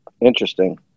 Interesting